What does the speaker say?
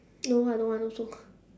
no I don't want also